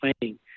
planning